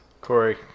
Corey